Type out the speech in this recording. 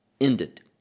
ended